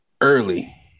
early